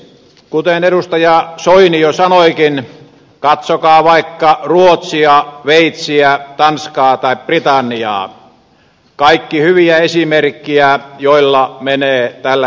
kuten edustaja soini jo sanoikin katsokaa vaikka ruotsia sveitsiä tanskaa tai britanniaa kaikki hyviä esimerkkejä joilla menee tällä hetkellä hyvin